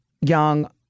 young